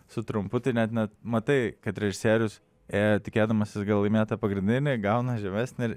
su trumpu tai net matai kad režisierius ėjo tikėdamasis laimėt tą pagrindinį gauna žemesnį